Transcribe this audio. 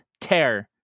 tear